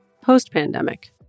post-pandemic